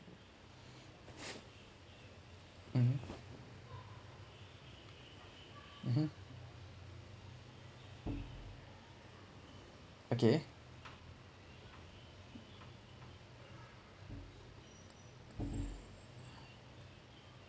mmhmm mmhmm okay